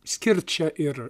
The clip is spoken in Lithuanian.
skirt čia ir